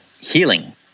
healing